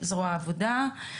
זרוע עבודה.